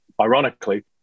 ironically